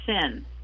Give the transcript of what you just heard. sin